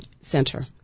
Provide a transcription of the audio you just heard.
Center